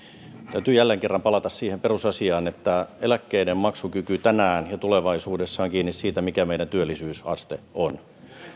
täytyy jälleen kerran palata siihen perusasiaan että eläkkeiden maksukyky tänään ja tulevaisuudessa on kiinni siitä mikä meidän työllisyysaste on